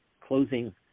closing